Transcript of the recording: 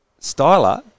Styler